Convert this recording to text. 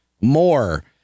more